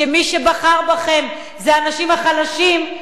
שמי שבחר בכם זה האנשים החלשים,